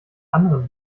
anderen